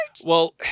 Well-